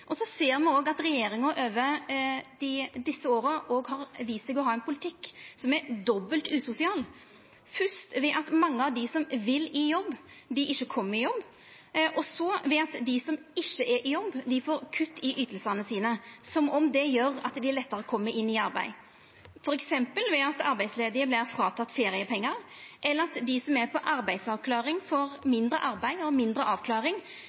ser òg at regjeringa over desse åra har vist seg å ha ein politikk som er dobbelt usosial, fyrst ved at mange av dei som vil i jobb, ikkje kjem i jobb, og så ved at dei som ikkje er i jobb, får kutt i ytingane sine – som om det gjer at dei lettare kjem inn i arbeid – f.eks. ved at arbeidsledige vert fratekne feriepengar, eller at dei som er på arbeidsavklaring, får mindre arbeid og mindre avklaring,